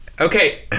Okay